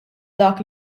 dak